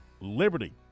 Liberty